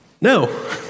No